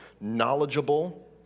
knowledgeable